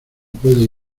puede